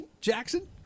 Jackson